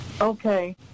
Okay